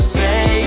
say